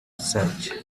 search